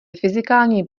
fyzikální